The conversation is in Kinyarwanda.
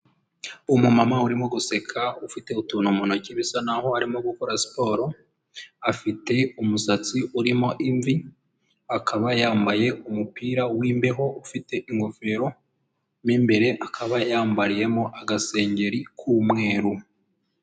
Umumama urimo guseka ufite utuntu mu ntoki bisa naho arimo gukora siporo, afite umusatsi urimo imvi, akaba yambaye umupira w'imbeho ufite ingofero mo imbere akaba yambariyemo agasengeri k'umweru.